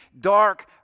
dark